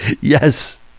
yes